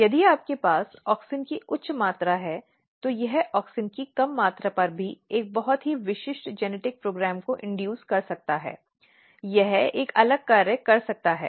यदि आपके पास ऑक्सिन की उच्च मात्रा है तो यह ऑक्सिन की कम मात्रा पर एक बहुत ही विशिष्ट आनुवंशिक कार्यक्रम को इंड्यूस कर सकता है यह एक अलग कार्य कर सकता है